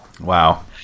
Wow